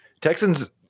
Texans